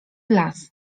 las